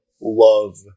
love